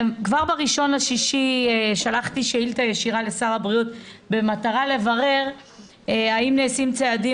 כבר ב-1.6 שלחתי שאילתה ישירה לשר הבריאות במטרה לברר האם נעשים צעדים